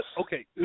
okay